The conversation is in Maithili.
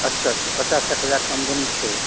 अच्छा अच्छा पचास साठि हजारके आमदनी छै